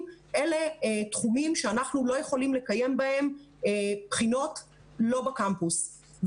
שאלה תחומים שאנחנו לא יכולים לקיים בהם בחינות לא בקמפוס.